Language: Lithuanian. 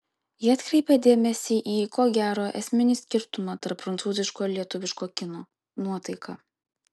ji atkreipė dėmesį į ko gero esminį skirtumą tarp prancūziško ir lietuviško kino nuotaiką